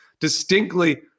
distinctly